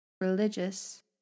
Religious